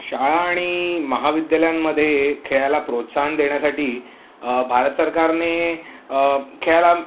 शाळा आणि महाविद्यालयांमध्ये खेळाला प्रोत्साहन देण्यासाठी भारत सरकारने खेळाला